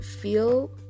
feel